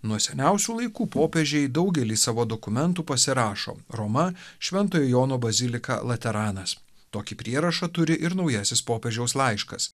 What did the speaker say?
nuo seniausių laikų popiežiai daugelį savo dokumentų pasirašo roma šventojo jono bazilika lateranas tokį prierašą turi ir naujasis popiežiaus laiškas